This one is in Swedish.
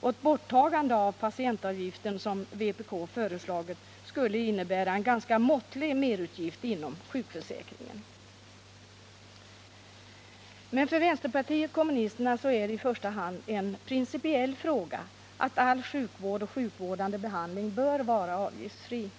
Och ett borttagande av patientavgiften, som vpk föreslagit, skulle innebära en ganska måttlig merutgift inom sjukförsäkringen. För vänsterpartiet kommunisterna är det i första hand en principiell fråga att all sjukvård och sjukvårdande behandling bör vara avgiftsfri.